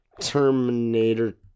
Terminator